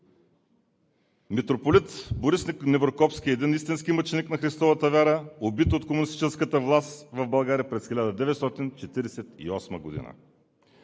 Митрополит Борис Неврокопски е един истински мъченик на Христовата вяра, убит от комунистическата власт в България през 1948 г.